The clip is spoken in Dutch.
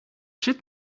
zit